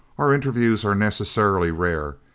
our interviews are necessarily rare,